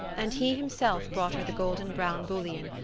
and he himself brought her the golden-brown bouillon,